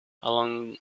along